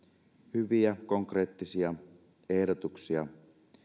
hyviä konkreettisia ehdotuksia